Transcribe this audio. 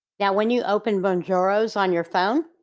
now when you open bonjoro on your phone,